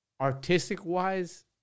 Artistic-wise